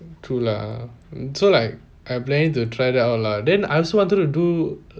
true lah so like I planning to try that out lah then I also wanted to do